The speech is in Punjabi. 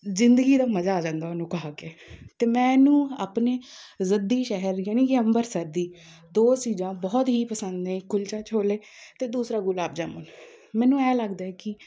ਜ਼ਿੰਦਗੀ ਦਾ ਮਜ਼ਾ ਆ ਜਾਂਦਾ ਉਹਨੂੰ ਖਾ ਕੇ ਅਤੇ ਮੈਨੂੰ ਆਪਣੇ ਜ਼ੱਦੀ ਸ਼ਹਿਰ ਯਾਨੀ ਕਿ ਅੰਬਰਸਰ ਦੀ ਦੋ ਚੀਜ਼ਾਂ ਬਹੁਤ ਹੀ ਪਸੰਦ ਨੇ ਕੁਲਚਾ ਛੋਲੇ ਅਤੇ ਦੂਸਰਾ ਗੁਲਾਬ ਜਾਮੁਨ ਮੈਨੂੰ ਐਂ ਲੱਗਦਾ ਹੈ ਕਿ